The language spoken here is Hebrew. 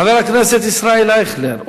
חבר הכנסת ישראל אייכלר,